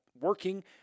working